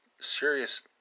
serious